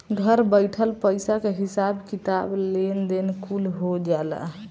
घर बइठल पईसा के हिसाब किताब, लेन देन कुल हो जाला